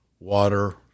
Water